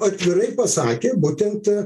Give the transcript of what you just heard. atvirai pasakė būtent